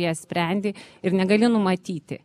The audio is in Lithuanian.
jas sprendi ir negali numatyti